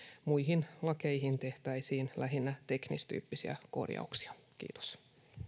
muihin lakeihin tehtäisiin lähinnä teknistyyppisiä korjauksia kiitos